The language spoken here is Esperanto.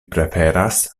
preferas